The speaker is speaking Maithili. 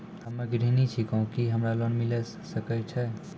हम्मे गृहिणी छिकौं, की हमरा लोन मिले सकय छै?